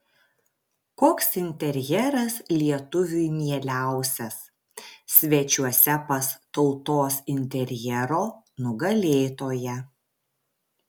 koks interjeras lietuviui mieliausias svečiuose pas tautos interjero nugalėtoją